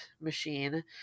machine